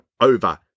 over